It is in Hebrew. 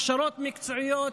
הכשרות מקצועיות,